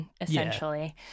essentially